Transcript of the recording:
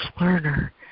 learner